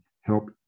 help